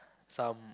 some